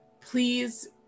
please